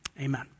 Amen